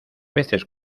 veces